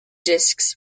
discs